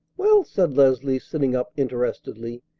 well, said leslie, sitting up interestedly,